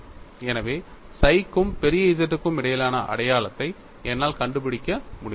எனவே psi க்கும் பெரிய Z க்கும் இடையிலான அடையாளத்தை என்னால் கண்டுபிடிக்க முடிந்தது